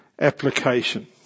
application